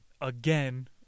again